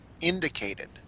indicated